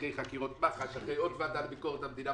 אחרי חקירות מח"ש, אחרי עוד ועדה לביקורת המדינה.